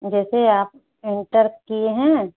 जैसे आप सर्च किए हैं